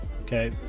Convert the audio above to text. okay